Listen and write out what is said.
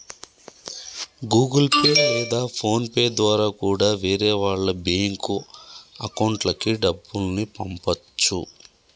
Google Pay లేదా PhonePe ద్వారా కూడా వేరే వాళ్ళ బ్యేంకు అకౌంట్లకి డబ్బుల్ని పంపచ్చు